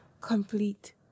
complete